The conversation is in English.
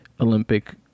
Olympic